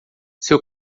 seu